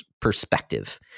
perspective